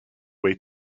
way